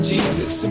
Jesus